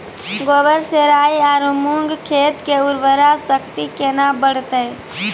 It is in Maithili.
गोबर से राई आरु मूंग खेत के उर्वरा शक्ति केना बढते?